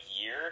year